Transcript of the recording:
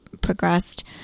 progressed